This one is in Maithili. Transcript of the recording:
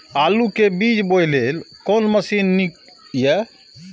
आलु के बीज बोय लेल कोन मशीन नीक ईय?